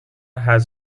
has